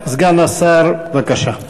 סגן השר, בבקשה.